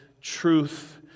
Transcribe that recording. truth